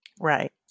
Right